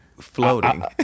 floating